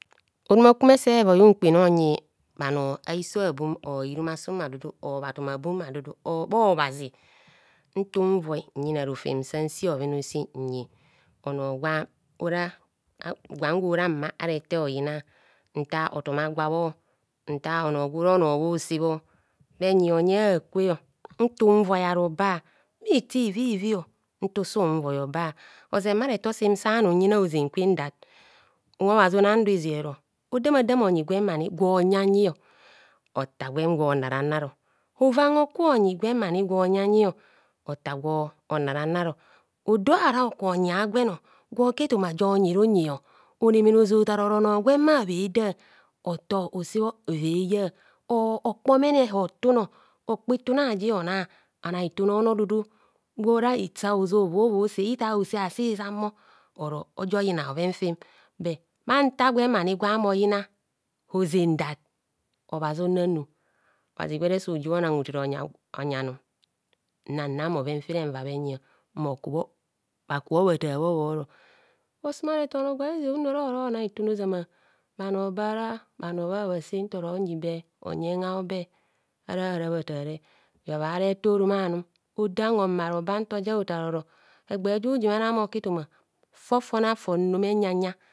. Orumakum ese voi unkpene onyi bhanor a'so abum or irumasun bha dudu or bha tuma bum bhadudu or bhobhazi nta unvoi nsi bhoven aosi nyi onor gwa ora gwan gwora mma ara ete hoyina. ntar otum agwa bho. ntar onor gwora onor bhosebho bheyi hoye akwe ntar unvoiara mba bha ito ivivivio nto sun voi oba ozen bharetor sem sanum nyina hozenkwe dat unwe obhazi onan do ezero odamadam onyi gwemani gwoyanyi otar gwen gwo naranaro hovan hoku onyi gwemani gwoyanyio otar gwen gwo naranaro. hodo ahara hoku onyi onor a'gwen gwo nyirunyi onemene oze otaroro onor gwen bho ha bhe da otor mmosobho eva eya or hokpomene hotun okpo itune aji hona ana itune onor duduo gwora hita ovovose hita hose asi hizan mor oro ojo yina bhoven fem bur bhanta gwen ani gwame oyina ozendat obhazi onanu obhazi gwere sojubho onang hotere ovonyi anum nnanang bhoven fere nva bhenyio mmokubho bhakubho bhatabho bhoro osumaretono gwa eze uno oro na itune ozama bhanor bara bhano bho habhase ntoro nyibe honyen a'obe ara harabha tare sora hibhabha ara ete orom anum odam homare oba ntoja otaro egbe ja ijumene ame oku etoma fofone a'foum enyanya